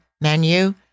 menu